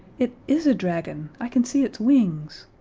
it is a dragon i can see its wings.